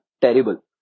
Terrible